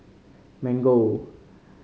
mango